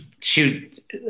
shoot